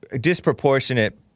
disproportionate